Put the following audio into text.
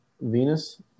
Venus